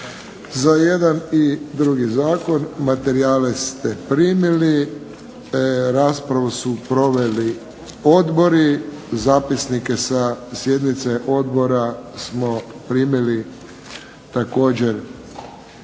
Za jedan i drugi zakon materijale ste primili. Raspravu su proveli odbori. Zapisnike sa sjednice odbora smo primili također